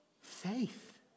Faith